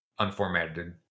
unformatted